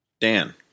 Dan